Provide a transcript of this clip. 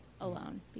alone